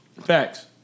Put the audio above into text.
Facts